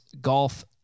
golf